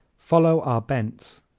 follow our bents